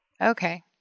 Okay